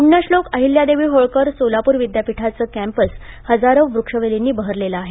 पुण्यश्लोक अहिल्यादेवी होळकर सोलापूर विद्यापीठाचे कॅम्पस हजारो वृक्ष वेलींनी बहरलेला आहे